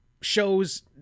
shows